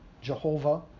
Jehovah